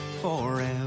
forever